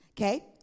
Okay